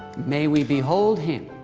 may we behold him,